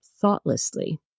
thoughtlessly